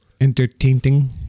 Entertaining